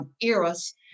eras